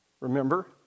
Remember